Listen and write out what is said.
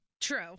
True